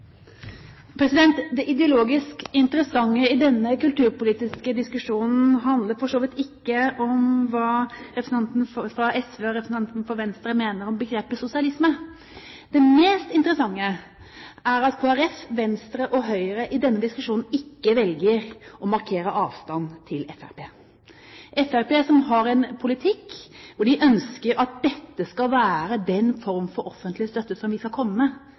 Det ideologisk interessante i denne kulturpolitiske diskusjonen handler for så vidt ikke om hva representanten fra SV og representanten fra Venstre mener om begrepet «sosialisme». Det mest interessante er at Kristelig Folkeparti, Venstre og Høyre i denne diskusjonen ikke velger å markere avstand til Fremskrittspartiet – Fremskrittspartiet som har en politikk hvor de ønsker at dette skal være den form for offentlig støtte vi skal komme med, altså gaveforsterkning. Det vil etter min mening være brudd med